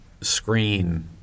screen